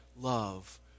love